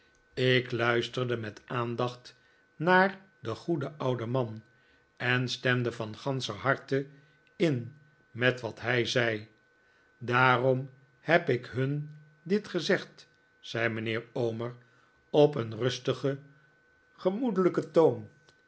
ik luisterde met aandacht naar den goeden ouden man en stemde van ganscher harte in met wat hij zei daarom heb ik hun dit gezegd zei mijnheer omer op een rustigen gemoedelijken toon